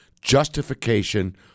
justification